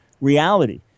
reality